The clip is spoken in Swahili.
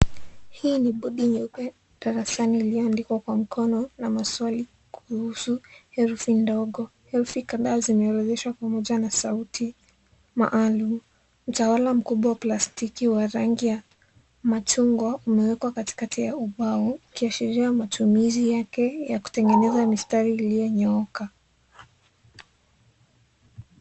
Hii ni bodi nyeupe darasani iliyoandikwa kwa mkono na maswali kuhusu herufi ndogo , herufi kadhaa zimeorodheshwa pamoja na sauti maalum , utawala mkubwa wa plastiki wa rangi ya machungwa umewekwa katikati ya ubao ikiashiria matumizi yake ya kutengeneza mistari iliyonyooka.